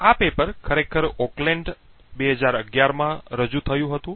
આ પેપર ખરેખર ઓકલેન્ડ ૨૦૧૧ માં રજૂ થયુ હતું